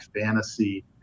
fantasy